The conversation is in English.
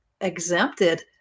exempted